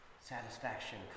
Satisfaction